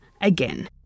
Again